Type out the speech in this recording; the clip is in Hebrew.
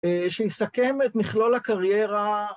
שיסכם את מכלול הקריירה.